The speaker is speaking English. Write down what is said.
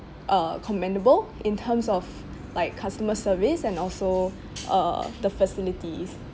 uh commendable in terms of like customer service and also uh the facilities